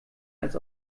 als